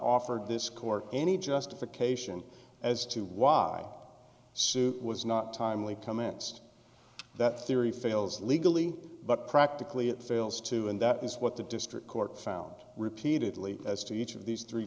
offered this court any justification as to why the suit was not timely cummins that theory fails legally but practically it fails to and that is what the district court found repeatedly as to each of these three